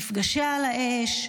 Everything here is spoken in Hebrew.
מפגשי על האש,